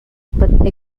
but